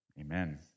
amen